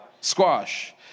squash